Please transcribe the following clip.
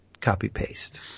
copy-paste